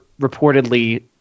reportedly